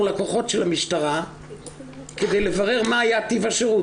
לקוחות של המשטרה כדי לברר מה היה טיב השירות.